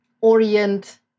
Orient